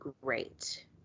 great